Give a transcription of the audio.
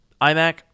iMac